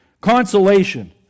Consolation